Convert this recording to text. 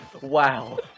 Wow